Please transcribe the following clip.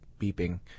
beeping